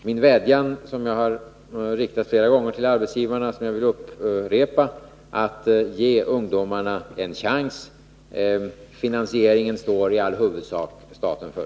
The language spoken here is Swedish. Min vädjan, som jag flera gånger har riktat till arbetsgivarna och som jag vill upprepa, är därför att ge ungdomarna en chans. Finansieringen står i huvudsak staten för.